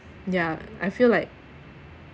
ya I feel like